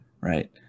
right